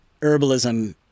herbalism